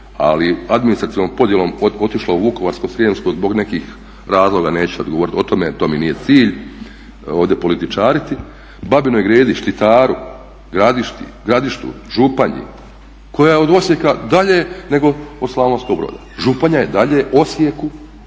je administrativnom podjelom otišla u Vukovarsko-srijemsku zbog nekih razloga neću sad govoriti o tome. To mi nije cilj ovdje političariti. Babinoj Gredi, Štitaru, Gradištu, Županji koja je od Osijeka dalje nego od Slavonskog Broda. Županja je dalje Osijeku,